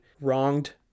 wronged